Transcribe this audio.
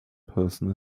person